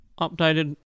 updated